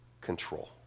control